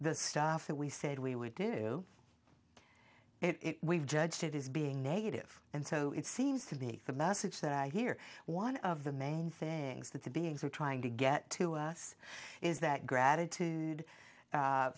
the stuff that we said we would do it we've judged it is being negative and so it seems to be the message that i hear one of the main things that the beings are trying to get to us is that gratitude